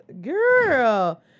Girl